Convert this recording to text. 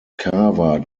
carver